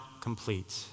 complete